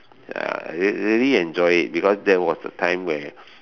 ya real~ really enjoy it because that was the time where